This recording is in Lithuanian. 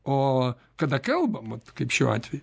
o kada kalbam vat kaip šiuo atveju